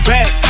Back